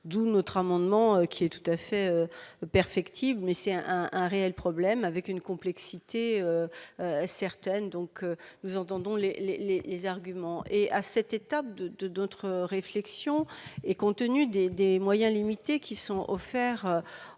d'où notre amendement qui est tout à fait perfectible, mais c'est un un réel problème avec une complexité certaines donc nous entendons les, les, les arguments et, à cette étape de de d'autres réflexions, et compte tenu des des moyens limités qui sont offerts